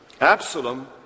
Absalom